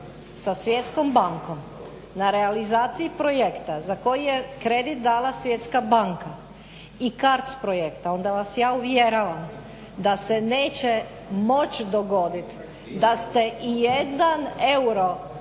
sa Svjetskom bankom na realizaciji projekta za koji je kredit dala Svjetska banka i CARDA projekt onda vas ja uvjeravam da se neće moć dogodit da ste ijedan euro